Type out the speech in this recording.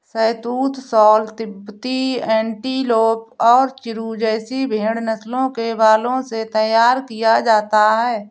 शहतूश shawl तिब्बती antelope और चिरु जैसी भेड़ नस्लों के बालों से तैयार किया जाता है